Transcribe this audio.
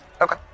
Okay